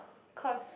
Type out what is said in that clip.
cause